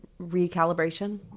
recalibration